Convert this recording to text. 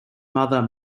mother